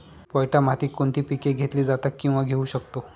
पोयटा मातीत कोणती पिके घेतली जातात, किंवा घेऊ शकतो?